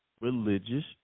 religious